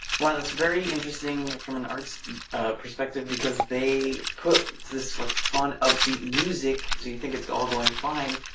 wow, that's very interesting from an arts perspective because they put this like fun upbeat music so you think it's all going fine?